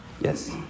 Yes